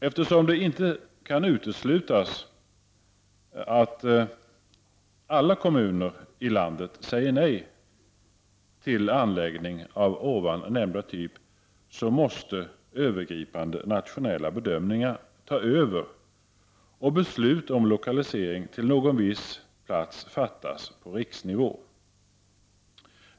Eftersom det inte kan uteslutas att alla kommuner i landet säger nej till en sådan typ av anläggning som jag nyss nämnde, måste de övergripande nationella bedömningarna ta över och beslut om lokalisering till någon viss plats fattas på riksnivå.